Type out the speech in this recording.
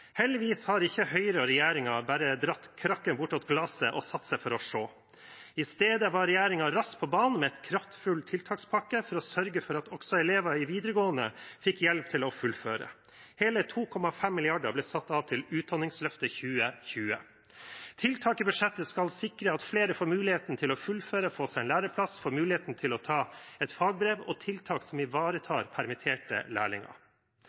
Heldigvis har ikke Høyre og regjeringen bare dratt krakken «bortåt glaset» og satt seg for å se. I stedet var regjeringen raskt på banen med en kraftfull tiltakspakke for å sørge for at også elever i videregående fikk hjelp til å fullføre. Hele 2,5 mrd. kr ble satt av til Utdanningsløftet 2020. Tiltak i budsjettet skal sikre at flere får muligheten til å fullføre, får seg en læreplass og får muligheten til å ta et fagbrev, og det er tiltak som ivaretar permitterte lærlinger.